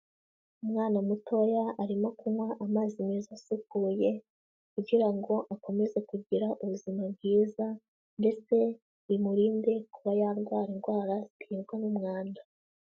Umwana mutoya arimo kunywa amazi meza asukuye, kugira ngo akomeze kugira ubuzima bwiza, ndetse bimurinde kuba yandwara indwara ziterwa n'umwanda.